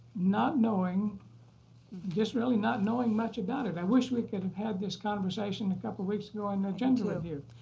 not knowing just really not knowing much about it. i wish would could have had this conversation a couple weeks ago on the agenda review.